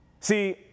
See